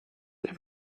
der